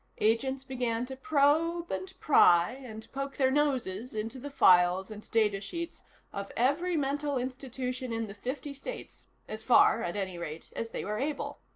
agents began to probe and pry and poke their noses into the files and data sheets of every mental institution in the fifty states as far, at any rate, as they were able.